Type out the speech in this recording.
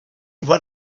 what